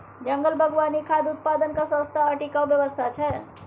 जंगल बागवानी खाद्य उत्पादनक सस्ता आ टिकाऊ व्यवस्था छै